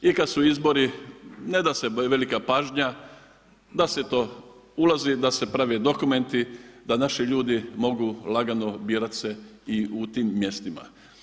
I kad su izbori, ne daje se velika pažnja da se to ulazi, da se prave dokumenti, da naši ljudi mogu lagano birat se i u tim mjestima.